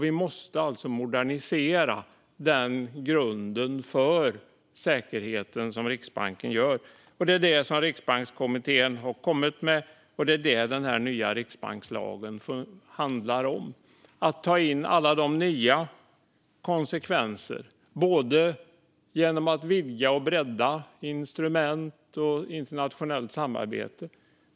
Vi måste alltså modernisera den grund för säkerhet som Riksbanken ger, och det är en sådan modernisering som Riksbankskommittén har kommit med. Det är också detta den nya riksbankslagen handlar om: att ta in alla nya konsekvenser genom att vidga och bredda instrument och internationellt samarbete.